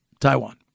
Taiwan